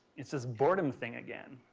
it's this boredom thing again.